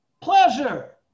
Pleasure